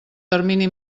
termini